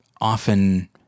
often